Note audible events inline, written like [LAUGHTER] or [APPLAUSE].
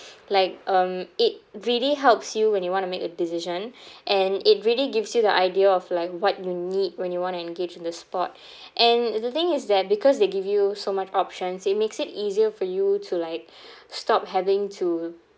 like um it really helps you when you want to make a decision [BREATH] and it really gives you the idea of like what you need when you want to engage in the sport [BREATH] and the thing is that because they give you so much options it makes it easier for you to like [BREATH] stop having to